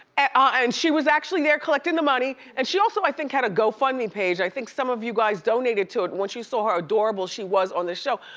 and ah and she was actually there collecting the money, and she also, i think, had a gofundme page, i think some of you guys donated to it once you saw how adorable she was on this show,